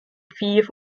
fiif